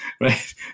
right